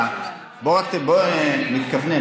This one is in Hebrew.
בוא נתכוונן,